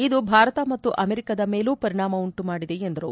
ಇದು ಭಾರತ ಮತ್ತು ಅಮೆರಿಕ ಮೇಲೂ ಪರಿಣಾಮ ಉಂಟುಮಾಡಿದೆ ಎಂದರು